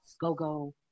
go-go